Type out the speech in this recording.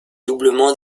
doublement